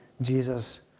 Jesus